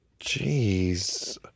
Jeez